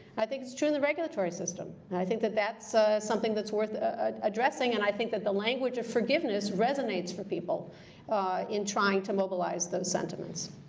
i think it's true in the regulatory system. and i think that that's something that's worth ah addressing, and i think that the language of forgiveness resonates for people in trying to mobilize those sentiments.